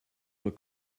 were